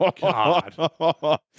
God